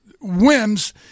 whims